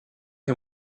him